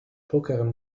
pokarm